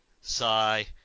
Sigh